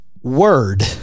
word